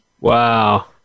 Wow